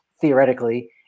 theoretically